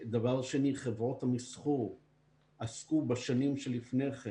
דבר שני, חברות המסחור עסקו בשנים שלפני כן